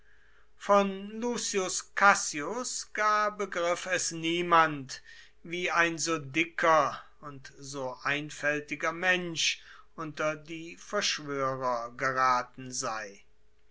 lucius cassius gar begriff es niemand wie ein so dicker und so einfältiger mensch unter die verschwörer geraten sei